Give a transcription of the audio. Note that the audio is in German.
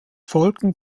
folgten